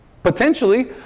Potentially